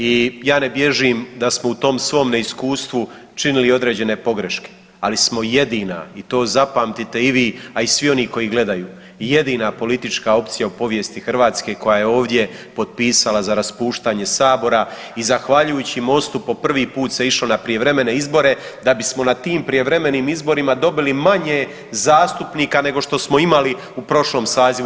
I ja ne bježim da smo u tom svom neiskustvu činili određene pogreške, ali smo jedina i to zapamtite i vi, a i svi oni koji gledaju, jedina politička opcija u povijesti Hrvatske koja je ovdje potpisala za raspuštanje Sabora i zahvaljujući Mostu po prvi put se išlo na prijevremene izbore, da bismo na tim prijevremenim izborima dobili manje zastupnika nego što smo imali u prošlom sazivu.